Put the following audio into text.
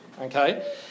Okay